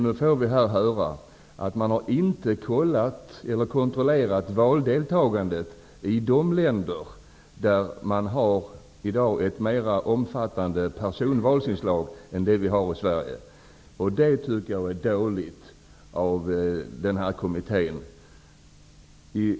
Nu får vi här höra att man inte har kontrollerat valdeltagandet i de länder där det i dag finns ett mera omfattande inslag av personval än vi har i Sverige. Det tycker jag är dåligt av denna kommitté.